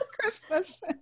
Christmas